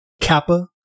Kappa